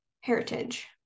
heritage